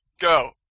go